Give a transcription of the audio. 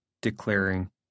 declaring